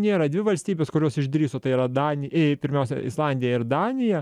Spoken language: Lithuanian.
nėra dvi valstybės kurios išdrįso tai yra dan ė pirmiausia islandija ir danija